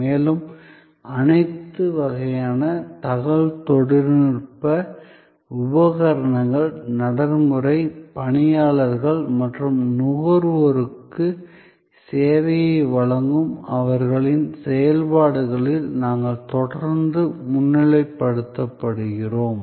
மேலும் அனைத்து வகையான தகவல்தொடர்பு உபகரணங்கள் நடைமுறை பணியாளர்கள் மற்றும் நுகர்வோருக்கு சேவையை வழங்கும் அவர்களின் செயல்பாடுகளில் நாங்கள் தொடர்ந்து முன்னிலைப்படுத்துகிறோம்